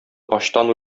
ачтан